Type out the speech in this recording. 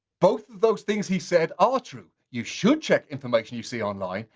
both of those things he said are true. you should check information you see online,